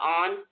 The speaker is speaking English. on